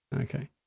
Okay